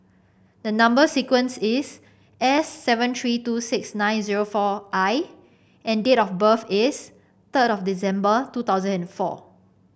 the number sequence is S seven three two six nine zero four I and date of birth is third of December two thousand and four